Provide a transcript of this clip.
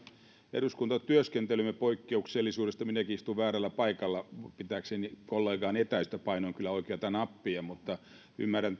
eduskuntatyöskentelymme poikkeuksellisuudessa minäkin istun väärällä paikalla pitääkseni kollegaani etäisyyttä painoin kyllä oikeata nappia mutta ymmärrän